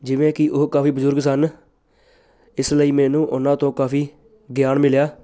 ਜਿਵੇਂ ਕਿ ਉਹ ਕਾਫੀ ਬਜ਼ੁਰਗ ਸਨ ਇਸ ਲਈ ਮੈਨੂੰ ਉਹਨਾਂ ਤੋਂ ਕਾਫੀ ਗਿਆਨ ਮਿਲਿਆ